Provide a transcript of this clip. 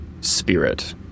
spirit